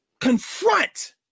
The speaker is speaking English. confront